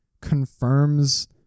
confirms